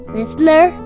Listener